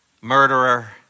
murderer